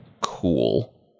cool